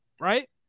right